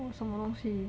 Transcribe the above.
for 什么东西